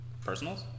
Personals